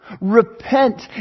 Repent